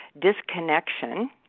disconnection